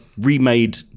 remade